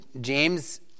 James